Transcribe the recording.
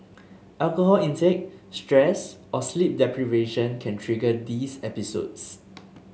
alcohol intake stress or sleep deprivation can trigger these episodes